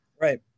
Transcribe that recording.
Right